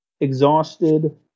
exhausted